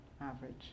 average